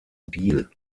biel